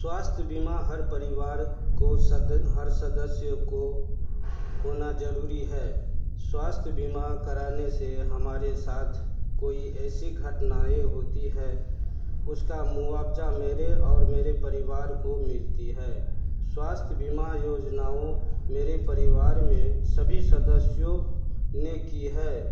स्वास्थ्य बीमा हर परिवार को सदन हर सदस्य को होना ज़रुरी है स्वास्थ्य बीमा कराने से हमारे साथ कोई ऐसी घटनाएँ होती हैं उसका मुआवजा मेरे और मेरे परिवार को मिलती है स्वास्थ्य बीमा योजनाओं मेरे परिवार मे सभी सदस्यों ने की है